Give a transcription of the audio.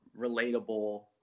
relatable